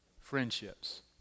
friendships